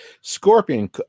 Scorpion